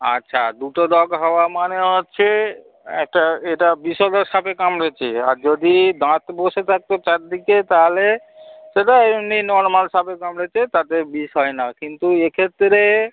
আচ্ছা দুটো দাগ হওয়া মানে হচ্ছে একটা এটা বিষধর সাপে কামড়েছে আর যদি দাঁত বসে থাকত চারদিকে তাহলে সেটা এমনি নর্মাল সাপে কামড়েছে তাতে বিষ হয় না কিন্তু এক্ষেত্রে